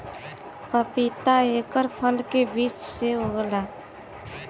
पपीता एकर फल के बीज से उगेला